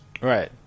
Right